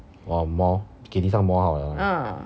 oh 磨给地上磨好了 ah